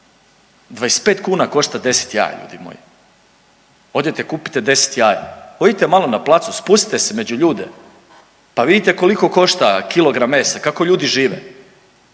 25 kuna košta 10 jaja ljudi moji. Odete, kupite 10 jaja. Odite malo na plac, spustite se među ljude pa vidite koliko košta kilogram mesa, kako ljudi žive.